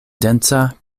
densa